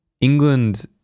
england